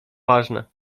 ważne